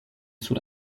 sur